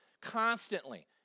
constantly